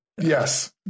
Yes